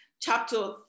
chapter